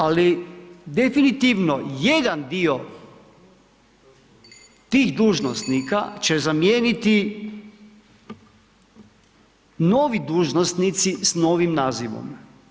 Ali definitivno jedan dio tih dužnosnika će zamijeniti novi dužnosnici sa novim nazivom.